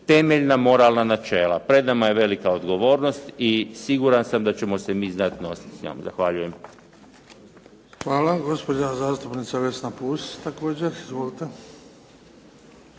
temeljna moralna načela. Pred nama je velika odgovornost i siguran sam da ćemo se mi znati nositi s njom. Zahvaljujem. **Bebić, Luka (HDZ)** Hvala. Gospođa zastupnica Vesna Pusić. Izvolite.